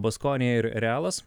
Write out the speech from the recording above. baskonija ir realas